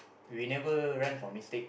we never run from mistake